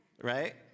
right